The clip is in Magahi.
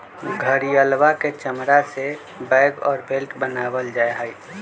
घड़ियलवा के चमड़ा से बैग और बेल्ट बनावल जाहई